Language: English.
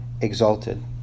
exalted